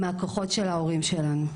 מהכוחות של ההורים שלנו.